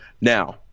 Now